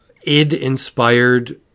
id-inspired